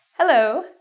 Hello